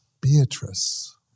Beatrice